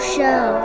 Show